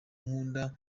nkunda